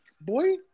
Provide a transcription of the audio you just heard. boy